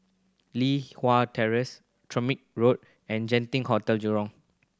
Li Hwan Terrace Tamarind Road and Genting Hotel Jurong